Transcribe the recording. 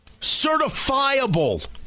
Certifiable